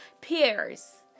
peers